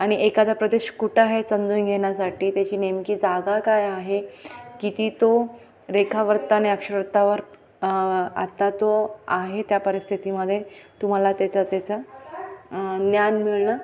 आणि एखादा प्रदेश कुठं आहे हे समजून घेण्यासाठी त्याची नेमकी जागा काय आहे किती तो रेखावृत्त आणि अक्षवृत्तावर आत्ता तो आहे त्या परिस्थितीमध्ये तुम्हाला त्याचं त्याचं ज्ञान मिळणं